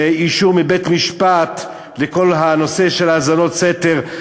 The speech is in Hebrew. מבית-משפט לכל הנושא של האזנות סתר,